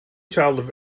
child